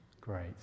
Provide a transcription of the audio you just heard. great